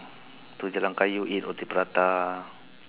to jalan kayu eat roti prata